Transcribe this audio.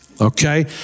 Okay